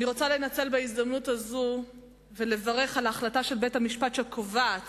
אני רוצה לנצל את ההזדמנות הזאת ולברך על ההחלטה של בית-המשפט שקובעת